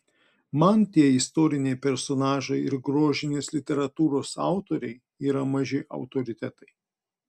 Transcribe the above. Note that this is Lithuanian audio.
man tie istoriniai personažai ir grožinės literatūros autoriai yra maži autoritetai